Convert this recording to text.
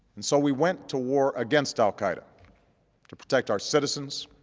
and so we went to war against al qaeda to protect our citizens,